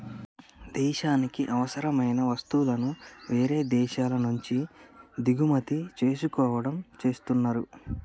దేశానికి అవసరమైన వస్తువులను వేరే దేశాల నుంచి దిగుమతి చేసుకోవడం చేస్తున్నరు